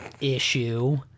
issue